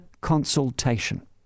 consultation